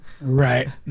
Right